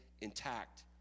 intact